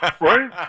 right